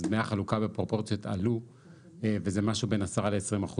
אז דמי החלוקה בפרופורציות עלו וזה משהו בין 10% ל-20%,